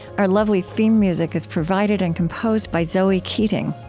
our lovely theme music is provided and composed by zoe keating.